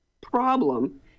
Problem